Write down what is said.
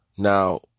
Now